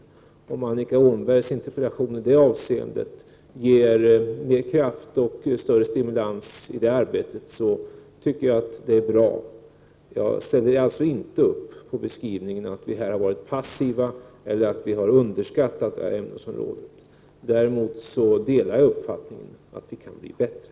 Om Annika Åhnbergs interpellation ger kraft och större stimulans i det arbetet tycker jag att det är bra. Jag ställer alltså inte upp på beskrivningen att vi har varit passiva eller underskattat detta ämnesområde. Däremot delar jag uppfattningen att vi kan bli bättre.